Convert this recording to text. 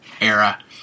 era